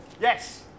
Yes